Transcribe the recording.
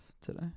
today